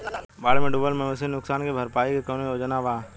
बाढ़ में डुबल मवेशी नुकसान के भरपाई के कौनो योजना वा?